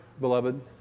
beloved